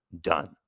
done